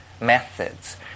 methods